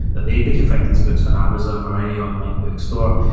they they can find these books on amazon or any online bookstore.